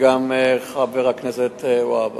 העלה את זה כמה פעמים במליאה, וגם חבר הכנסת והבה.